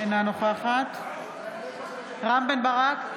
אינה נוכחת רם בן ברק,